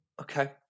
Okay